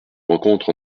rencontre